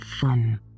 fun